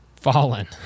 Fallen